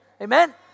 Amen